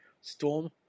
Storm